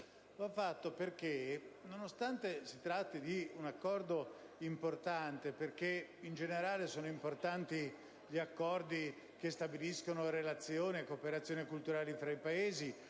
Perché? Perché, nonostante si tratti di un Accordo importante - in generale, sono importanti gli accordi che stabiliscono relazioni e cooperazioni culturali tra i Paesi,